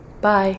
Bye